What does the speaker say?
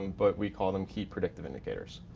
um but we call them key predictive indicators.